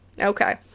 Okay